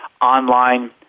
online